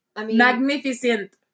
Magnificent